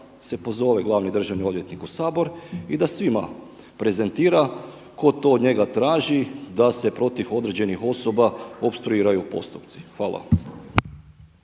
se pozove glavni državni odvjetnik u Sabor i da svima prezentira tko to njega traži da se protiv određenih osoba opstruiraju postupci. Hvala.